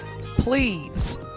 Please